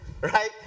right